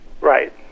Right